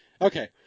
Okay